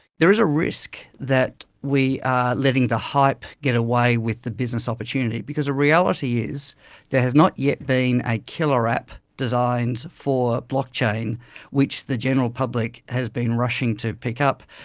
there is a risk that we are letting the hype get away with the business opportunity, because the reality is there has not yet been a killer app designed for blockchain which the general public has been rushing to pick up,